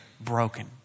broken